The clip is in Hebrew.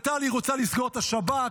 וטלי רוצה לסגור את השב"כ,